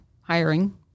hiring